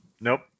Nope